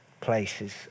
places